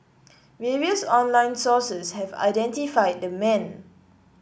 various online sources have identified the man